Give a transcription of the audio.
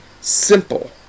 simple